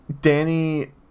Danny